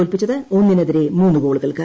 തോൽപ്പിച്ചത് ഒന്നിനെതിരെ മൂന്ന് ഗോളുകൾക്ക്